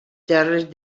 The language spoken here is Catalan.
gerres